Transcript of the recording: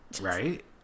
Right